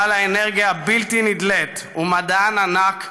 בעל האנרגיה הבלתי-נדלית ומדען ענק,